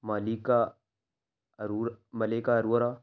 Malaika Arora Malaika Arora